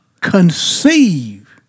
Conceive